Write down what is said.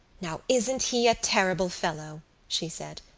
now, isn't he a terrible fellow! she said.